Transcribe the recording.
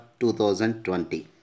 2020